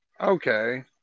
Okay